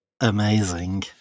Amazing